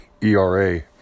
ERA